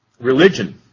religion